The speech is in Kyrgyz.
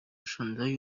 ошондой